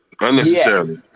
Unnecessarily